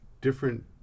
different